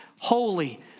holy